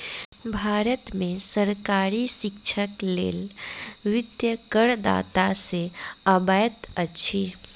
भारत में सरकारी शिक्षाक लेल वित्त करदाता से अबैत अछि